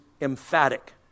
emphatic